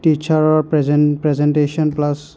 টিছাৰৰ প্ৰেজেন presentation plus